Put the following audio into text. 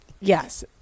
Yes